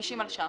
50 מיליון ש"ח.